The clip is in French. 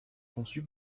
conçu